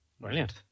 Brilliant